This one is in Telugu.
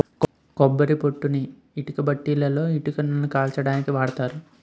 కొబ్బరి పొట్టుని ఇటుకబట్టీలలో ఇటుకలని కాల్చడానికి వాడతారు